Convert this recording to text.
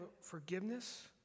forgiveness